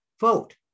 vote